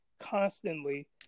constantly